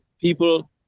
people